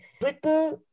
Britain